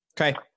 okay